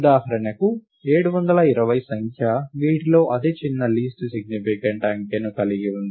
ఉదాహరణకు 720 సంఖ్య వీటిలో అతిచిన్న లీస్ట్ సిగ్నిఫికెంట్ అంకెను కలిగి ఉంది